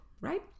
right